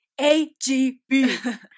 AGB